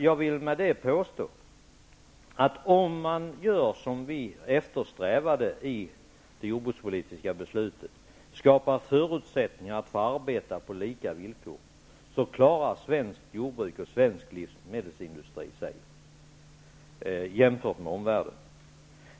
Jag vill med det påstå att om man gör som vi eftersträvade i det jordbrukspolitiska beslutet, dvs. skapar förutsättningar att få arbeta på lika villkor, klarar svenskt jordbruk och svensk livsmedelsindustri sig bra jämfört med omvärlden.